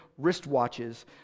wristwatches